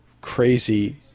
crazy